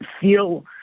feel